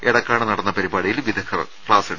എടക്കാട് നടന്ന പരിപാടിയിൽ വിദഗ്ദ്ധർ ക്ലാസെടുത്തു